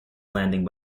landing